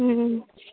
అ